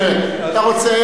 אתה רוצה,